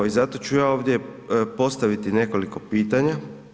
I zato ću ja ovdje postaviti nekoliko pitanja.